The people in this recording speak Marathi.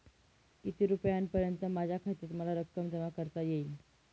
किती रुपयांपर्यंत माझ्या खात्यात मला रक्कम जमा करता येईल?